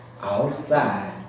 Outside